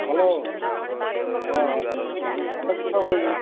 hello ହଁ ମୁଁ conductor କହୁଛି